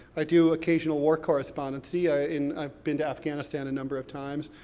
i do occasional war correspondency ah in, i've been to afghanistan a number of times,